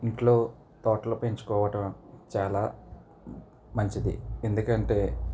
ఇంట్లో తోటలు పెంచుకోవటం చాలా మంచిది ఎందుకంటే